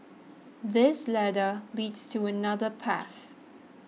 this ladder leads to another path